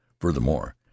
Furthermore